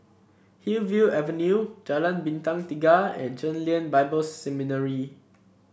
Hillview Avenue Jalan Bintang Tiga and Chen Lien Bible Seminary